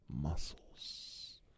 muscles